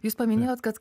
jūs paminėjot kad